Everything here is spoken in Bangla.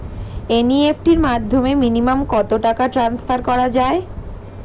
এন.ই.এফ.টি র মাধ্যমে মিনিমাম কত টাকা টান্সফার করা যায়?